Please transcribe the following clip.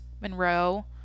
Monroe